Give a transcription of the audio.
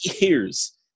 years